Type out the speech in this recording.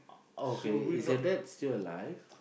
oh okay is your dad still alive